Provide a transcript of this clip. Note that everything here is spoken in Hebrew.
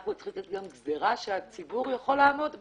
אנחנו צריכים לתת גם גזירה שהציבור יכול לעמוד בה.